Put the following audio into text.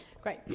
great